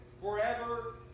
forever